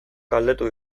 galdetu